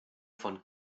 von